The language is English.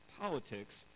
politics